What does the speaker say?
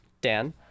Dan